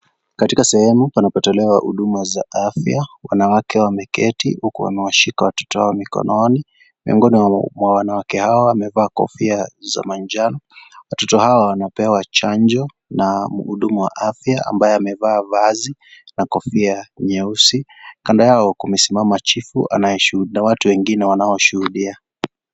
Katika sehemu panapotolewa huduma za afya wanawake wameketi huku wamewashika watoto wao mikononi, miongni mwa wanawake hawa amevaa kofia za manjano watoto hawa wanapewa chanjo na mhudumu wa afya ambaye amevaa vazi na kofia nyeusi kando yao kumesimama chifu na watu wengine wanaoshuhudia.